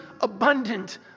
abundant